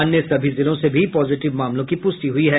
अन्य सभी जिलों से भी पॉजिटिव मामलों की पुष्टि हुई है